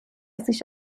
sich